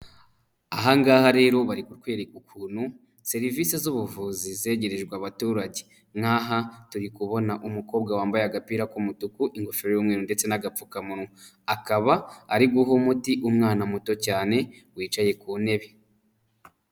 Aha ngaha rero bari kukwereka ukuntu serivisi z'ubuvuzi zegerejwe abaturage nk'aha turi kubona umukobwa wambaye agapira k'umutuku ingofero y'umweru ndetse n'agapfukamunwa, akaba ari guha umuti umwana muto cyane wicaye ku ntebe.